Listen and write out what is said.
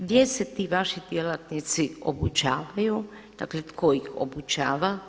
Gdje se ti vaši djelatnici obučavaju, dakle tko ih obučava?